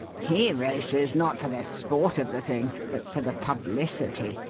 he races not for the sport of the thing, but for the publicity,